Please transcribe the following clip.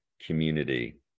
community